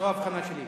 זו האבחנה שלי.